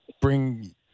bring